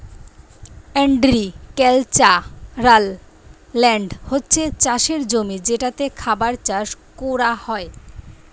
agricultural land হচ্ছে চাষের জমি যেটাতে খাবার চাষ কোরা হয়